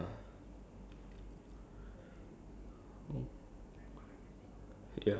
follow what you're supposed to do it uh it'll be like perfectly good or something lah